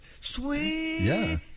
Sweet